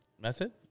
method